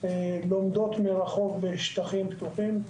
שלומדות מרחוק בשטחים פתוחים,